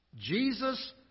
Jesus